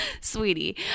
sweetie